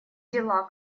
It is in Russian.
дела